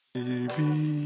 Baby